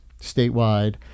statewide